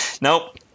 Nope